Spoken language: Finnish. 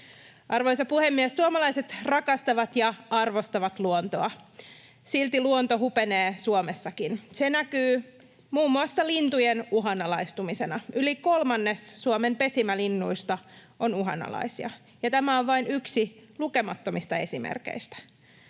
Arvoisa puhemies! Suomalaiset rakastavat ja arvostavat luontoa, silti luonto hupenee Suomessakin. Se näkyy muun muassa lintujen uhanalaistumisena. Yli kolmannes Suomen pesimälinnuista on uhanalaisia, ja tämä on vain yksi lukemattomista esimerkeistä.